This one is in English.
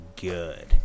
good